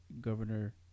Governor